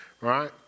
right